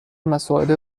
مسائل